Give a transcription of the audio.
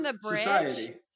society